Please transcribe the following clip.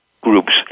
groups